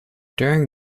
during